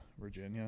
Virginia